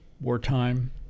wartime